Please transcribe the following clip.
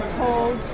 told